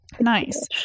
Nice